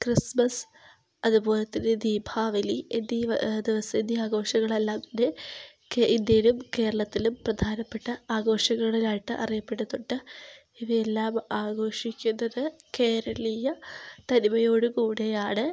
Christmas അതുപോലെത്തന്നെ ദീപാവലി എന്നീ ദിവസം എന്നീ ആഘോഷങ്ങളെല്ലാം തന്നെ ഇന്ത്യയിലും കേരളത്തിലും പ്രധാനപ്പെട്ട ആഘോഷങ്ങളിലായിട്ട് അറിയപ്പെടുന്നുണ്ട് ഇവയെല്ലാം ആഘോഷിക്കുന്നത് കേരളീയ തനിമയോടു കൂടിയാണ്